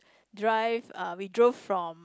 drive ah we drove from